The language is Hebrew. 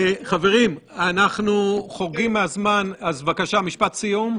חברים, אנחנו חורגים מהזמן, אז בבקש, משפט סיום.